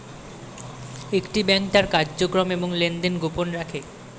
একটি ব্যাংক তার কার্যক্রম এবং লেনদেন গোপন রাখে